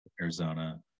Arizona